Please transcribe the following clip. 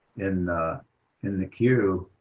in in the queue,